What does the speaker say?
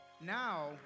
now